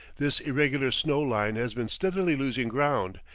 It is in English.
this irregular snow-line has been steadily losing ground,